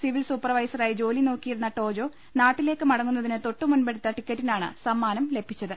civil സൂപ്പർ വൈസറായി ജോലി നോക്കിയിരുന്ന ടോജോ നാട്ടിലേക്ക് മടങ്ങുന്ന തിന് തൊട്ടുമുമ്പെടുത്ത ടിക്കറ്റിനാണ് സമ്മാനം ലഭിച്ചത്